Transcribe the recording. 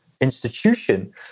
institution